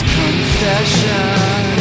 confession